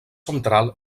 central